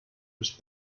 was